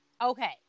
Okay